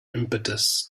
impetus